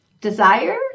desire